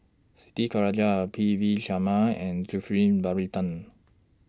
Siti Khalijah Are P V Sharma and Zulkifli Baharudin